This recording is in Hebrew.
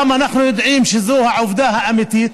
וגם אנחנו יודעים שזאת העובדה האמיתית.